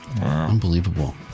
Unbelievable